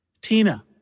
Tina